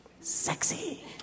sexy